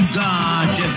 god